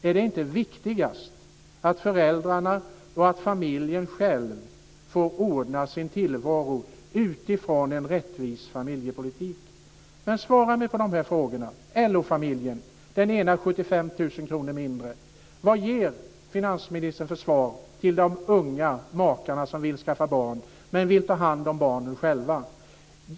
Är det inte viktigast att föräldrarna och familjen själv får ordna sin tillvaro utifrån en rättvis familjepolitik? Svara på de här frågorna om LO-familjer där den ena får 75 000 kr mindre. Vad ger finansministern för svar till de unga makar som vill skaffa barn men vill ta hand om barnen själva?